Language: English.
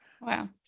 Wow